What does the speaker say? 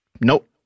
nope